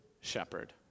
shepherd